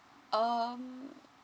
um